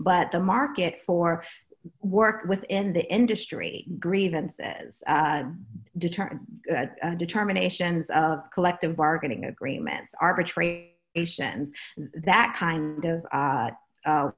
but the market for work within the industry grievances determine determinations of collective bargaining agreements arbitrary ations that kind of